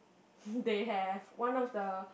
they have one of the